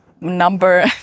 number